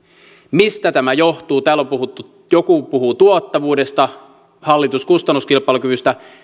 mistä tämä johtuu täällä joku puhuu tuottavuudesta hallitus kustannuskilpailukyvystä